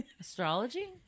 Astrology